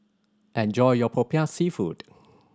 enjoy your Popiah Seafood